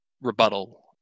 rebuttal